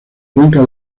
cuenca